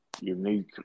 unique